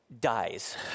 dies